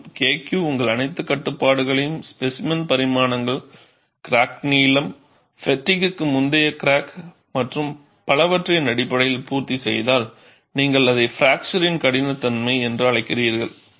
மேலும் K Q உங்கள் அனைத்து கட்டுப்பாடுகளையும் ஸ்பேசிமென் பரிமாணங்கள் கிராக் நீளம் ஃப்பெட்டிக்க்கு முந்தைய கிராக் மற்றும் பலவற்றின் அடிப்படையில் பூர்த்தி செய்தால் நீங்கள் அதை ஃப்பிராக்சர் கடினத்தன்மை என்று அழைக்கிறீர்கள்